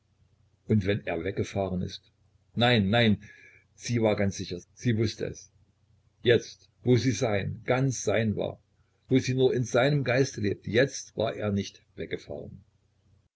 und wenn er weggefahren ist nein nein sie war ganz sicher sie wußte es jetzt wo sie sein ganz sein war wo sie nun mit seinem geiste lebte jetzt war er nicht weggefahren